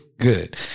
Good